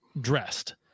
dressed